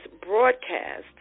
broadcast